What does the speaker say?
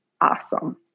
awesome